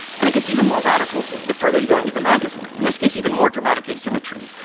and it gets even more radical the further you enter the magazine. in this case, even more dramatic asymmetry.